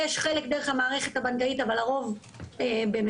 חלק דרך המערכת הבנקאית אבל הרוב במזומן,